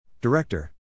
Director